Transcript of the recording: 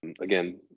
Again